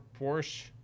Porsche